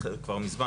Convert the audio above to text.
כבר מזמן,